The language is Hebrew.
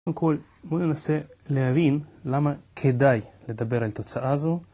קודם כל, בואו ננסה להבין למה כדאי לדבר על תוצאה זו